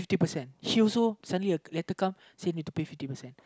fifty percent he also suddenly later come say need to pay fifty percent